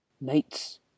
Mates